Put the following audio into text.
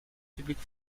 public